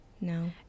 no